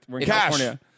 California